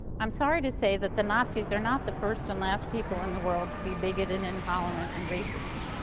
i'm sorry to say that the nazis are not the first and last people in the world to be bigoted, intolerant and racist.